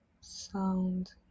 sound